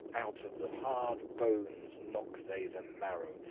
out of the harde bones knocke they the marrow,